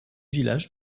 village